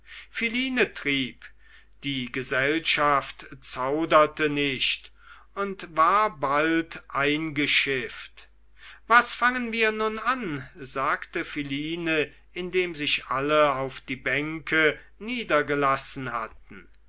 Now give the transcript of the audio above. philine trieb die gesellschaft zauderte nicht und war bald eingeschifft was fangen wir nun an fragte philine indem sich alle auf die bänke niedergelassen hatten